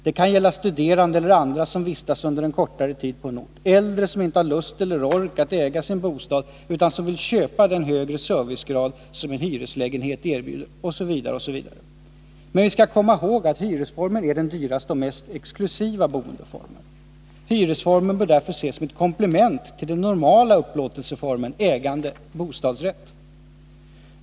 Det kan gälla studerande eller andra som vistas under en kortare period på en ort, äldre som inte har lust eller ork att äga sin bostad utan som vill köpa den högre servicegrad som en hyreslägenhet erbjuder, osv. Men vi skall komma ihåg att hyresformen är den dyraste och mest exklusiva boendeformen. Hyresformen bör ses som ett komplement till den normala upplåtelseformen ägande-bostadsrätt.